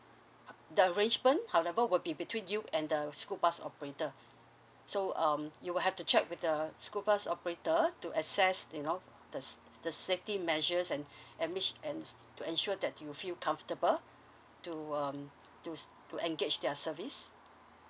the arrangement however will be between you and the school bus operator so um you will have to check with the school bus operator to access you know the s~ the safety measures and amish~ ands to ensure that you feel comfortable to um to s~ to engage their service